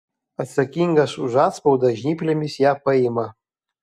atsakingas už atspaudą žnyplėmis ją paima